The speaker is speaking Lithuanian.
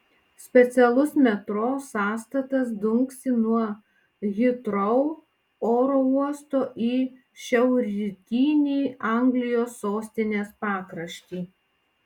specialus metro sąstatas dunksi nuo hitrou oro uosto į šiaurrytinį anglijos sostinės pakraštį